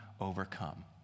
overcome